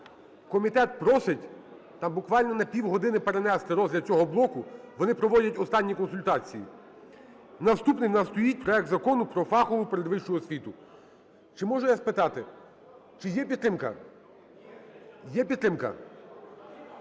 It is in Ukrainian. Комітет просить там буквально на півгодини перенести розгляд цього блоку, вони проводять останні консультації. Наступним в нас стоїть проект Закону про фахову передвищу освіту. Чи можу я спитати, чи є підтримка? Є підтримка?